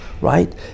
right